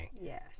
Yes